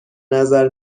نظر